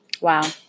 Wow